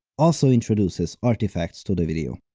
also introduces artifacts to the video.